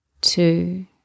two